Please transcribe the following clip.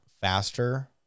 faster